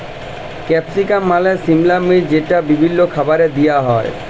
capsicum মালে সিমলা মির্চ যেট বিভিল্ল্য খাবারে দিঁয়া হ্যয়